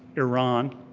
iran,